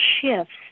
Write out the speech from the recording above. shifts